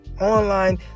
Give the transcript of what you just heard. online